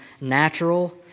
natural